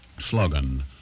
Slogan